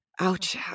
ouch